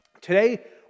Today